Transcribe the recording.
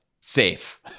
safe